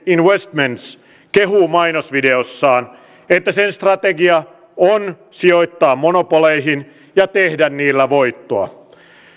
investments kehuu mainosvideossaan että sen strategia on sijoittaa monopoleihin ja tehdä niillä voittoa